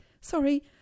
sorry